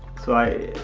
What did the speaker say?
so i,